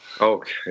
Okay